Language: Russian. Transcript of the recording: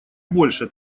больше